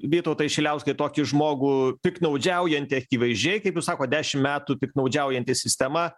vytautai šiliauskai tokį žmogų piktnaudžiaujantį akivaizdžiai kaip jūs sakot dešimt metų piktnaudžiaujantį sistema